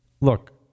Look